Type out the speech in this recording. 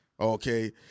Okay